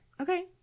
Okay